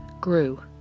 grew